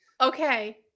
Okay